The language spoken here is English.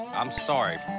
um sorry,